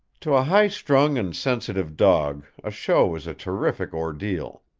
to a high-strung and sensitive dog a show is a terrific ordeal.